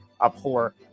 abhor